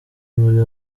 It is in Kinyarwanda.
muri